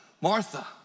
Martha